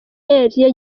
yagiye